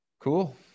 Cool